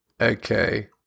Okay